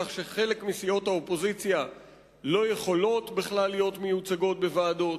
כך שחלק מסיעות האופוזיציה לא יכולות להיות מיוצגות בוועדות.